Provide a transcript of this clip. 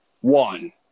one